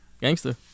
gangster